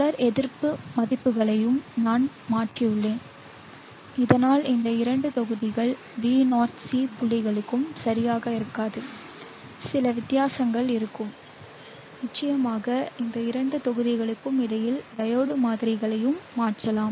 தொடர் எதிர்ப்பு மதிப்புகளையும் நான் மாற்றியுள்ளேன் இதனால் இந்த இரண்டு தொகுதிகள் Voc புள்ளிகளுக்கும் சரியாக இருக்காது சில வித்தியாசங்கள் இருக்கும் நிச்சயமாக இந்த இரண்டு தொகுதிகளுக்கும் இடையில் டையோடு மாதிரிகளையும் மாற்றலாம்